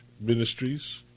Ministries